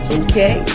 okay